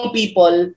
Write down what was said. people